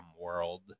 world